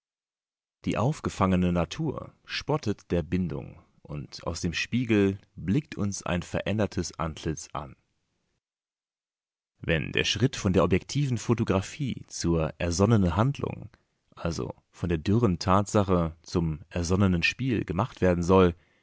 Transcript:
die aufgefangene natur spottet der bindung und aus dem spiegel blickt uns ein verändertes antlitz an wenn der schritt von der objektiven photographie zur ersonnenen handlung also von der dürren tatsache zum ersonnenen spiel gemacht werden soll